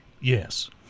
Yes